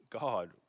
God